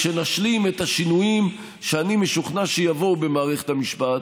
כשנשלים את השינויים שאני משוכנע שיבואו במערכת המשפט,